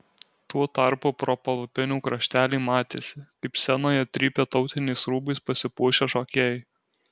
tuo tarpu pro palapinių kraštelį matėsi kaip scenoje trypia tautiniais rūbais pasipuošę šokėjai